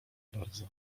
bardzo